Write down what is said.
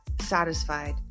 satisfied